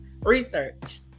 research